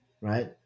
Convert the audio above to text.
Right